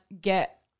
get